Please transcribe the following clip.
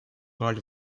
роль